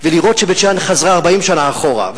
ולראות שבית-שאן חזרה 40 שנה אחורה.